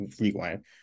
rewind